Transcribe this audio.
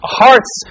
hearts